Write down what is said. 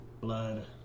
Blood